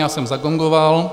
Já jsem zagongoval.